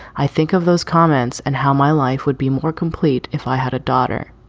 i think of those comments and how my life would be more complete if i had a daughter.